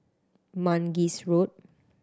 Mangis Road